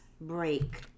break